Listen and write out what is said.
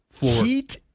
Heat